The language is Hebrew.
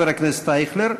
חבר הכנסת אייכלר,